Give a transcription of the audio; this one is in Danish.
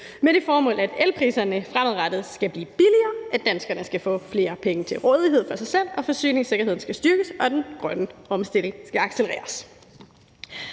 med det formål, at elpriserne fremadrettet skal blive billigere, at danskerne skal få flere penge til rådighed for sig selv, at forsyningssikkerheden skal styrkes, og at den grønne omstilling skal accelereres.